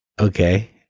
Okay